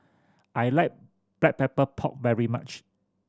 I like Black Pepper Pork very much